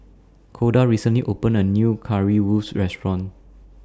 Koda recently opened A New Currywurst Restaurant